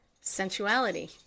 sensuality